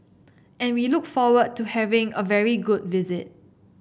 and we look forward to having a very good visit